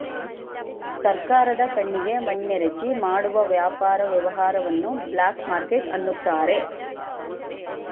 ಸರ್ಕಾರದ ಕಣ್ಣಿಗೆ ಮಣ್ಣೆರಚಿ ಮಾಡುವ ವ್ಯಾಪಾರ ವ್ಯವಹಾರವನ್ನು ಬ್ಲಾಕ್ ಮಾರ್ಕೆಟ್ ಅನ್ನುತಾರೆ